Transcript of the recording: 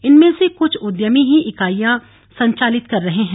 इनमें से कुछ उद्यमी ही इकाइयां संचालित कर रहे हैं